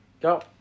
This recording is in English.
go